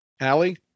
Allie